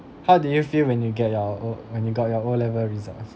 how did you feel when you get your O when you got your O level results